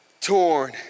torn